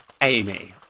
Amy